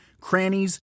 crannies